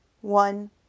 one